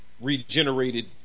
Regenerated